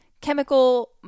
chemical